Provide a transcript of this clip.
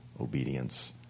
obedience